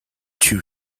two